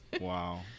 Wow